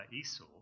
Esau